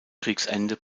kriegsende